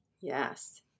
Yes